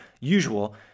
usual